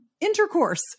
intercourse